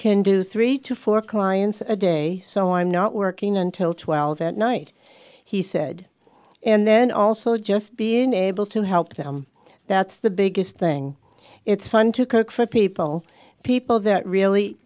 can do three to four clients a day so i'm not working until twelve at night he said and then also just being able to help them that's the biggest thing it's fun to cook for people people that really